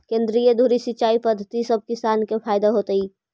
केंद्रीय धुरी सिंचाई पद्धति सब किसान के फायदा देतइ